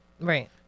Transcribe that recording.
Right